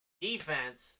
defense